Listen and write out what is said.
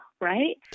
right